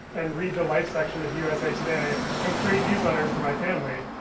and read the life section of usa today, and create newsletters for my family.